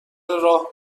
راه